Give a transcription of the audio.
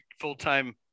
full-time